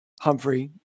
humphrey